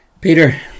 Peter